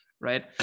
right